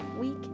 week